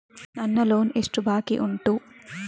ನನ್ನ ಲೋನ್ ಎಷ್ಟು ಬಾಕಿ ಉಂಟು?